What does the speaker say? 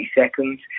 seconds